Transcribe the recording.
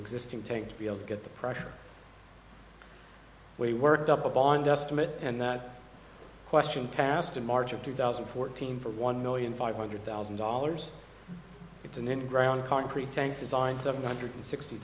existing take to be able to get the pressure we worked up a bond estimate and that question passed in march of two thousand and fourteen for one million five hundred thousand dollars it's an in ground concrete tank designed seven hundred sixty